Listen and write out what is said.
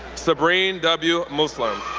sabreen w. muslim,